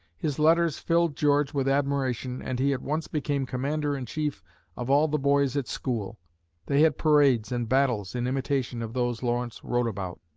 his letters filled george with admiration and he at once became commander-in-chief of all the boys at school they had parades and battles in imitation of those lawrence wrote about.